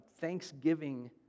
Thanksgiving